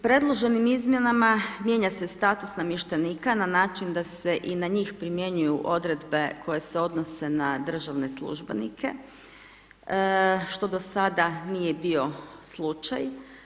Predloženim izmjenama mijenja se status namještenika na način da se i na njih primjenjuju odredbe koje se odnose na državne službenike što do sada nije bio slučaj.